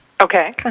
Okay